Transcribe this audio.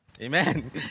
amen